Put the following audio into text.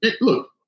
Look